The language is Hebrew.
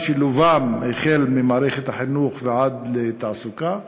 גם את שילובם, ממערכת החינוך ועד לתעסוקה.